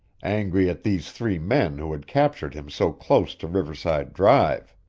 angry at these three men who had captured him so close to riverside drive.